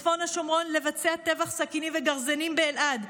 בצפון השומרון לבצע טבח סכינים וגרזינים באלעד,